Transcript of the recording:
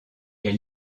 est